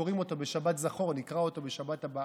שקוראים אותו בשבת זכור, נקרא אותו בשבת הבאה,